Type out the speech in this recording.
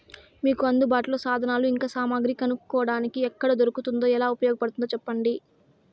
మీకు అందుబాటులో సాధనాలు ఇంకా సామగ్రి కొనుక్కోటానికి ఎక్కడ దొరుకుతుందో ఎలా ఉపయోగపడుతాయో సెప్పండి?